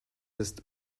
ist